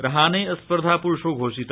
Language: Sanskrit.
रहाने स्पर्धाप्रुषो घोषित